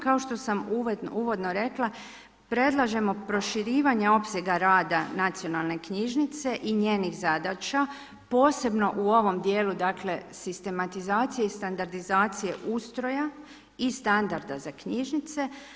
Kao što sam uvodno rekla, predlažemo proširivanje opsega rada nacionalne knjižnice i njenih zadaća posebno u ovom dijelu sistematizacije i standardizacije ustroja i standarda za knjižnice.